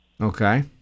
Okay